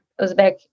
Uzbek